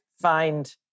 find